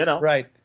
right